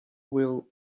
will